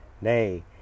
Nay